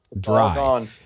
dry